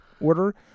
order